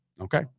Okay